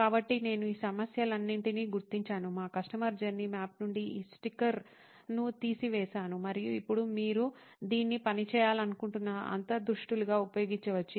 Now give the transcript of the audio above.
కాబట్టి నేను ఈ సమస్యలన్నింటినీ గుర్తించాను మా కస్టమర్ జర్నీ మ్యాప్ నుండి ఈ స్టిక్కర్ను తీసివేసాను మరియు ఇప్పుడు మీరు దీన్ని పని చేయాలనుకుంటున్న అంతర్దృష్టులుగా ఉపయోగించవచ్చు